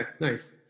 nice